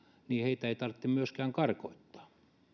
niin heitä ei tarvitse myöskään karkottaa